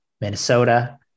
Minnesota